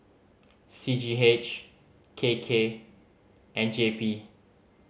C G H K K and J P